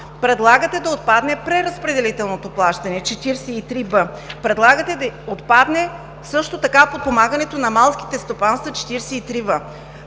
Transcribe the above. Предлагате да отпадне преразпределителното плащане – чл. 43б. Предлагате да отпадне също така подпомагането на малките стопанства – чл.